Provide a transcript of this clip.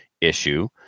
issue